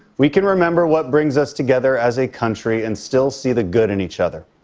we can remember what brings us together as a country and still see the good in each other.